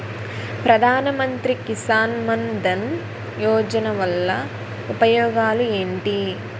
ప్రధాన మంత్రి కిసాన్ మన్ ధన్ యోజన వల్ల ఉపయోగాలు ఏంటి?